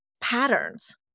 patterns